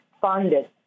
funded